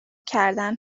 کردن